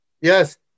Yes